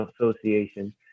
Association